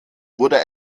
wurde